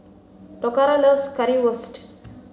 Toccara loves Currywurst